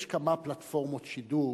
יש כמה פלטפורמות שידור